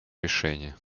решения